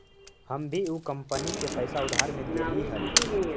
हम भी ऊ कंपनी के पैसा उधार में देली हल